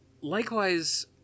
Likewise